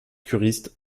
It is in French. curistes